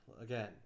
again